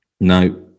no